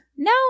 No